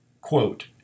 Quote